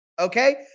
okay